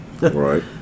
Right